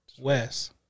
West